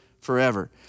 forever